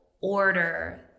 order